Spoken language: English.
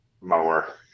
mower